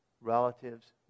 relatives